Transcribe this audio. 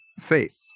faith